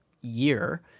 year